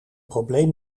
probleem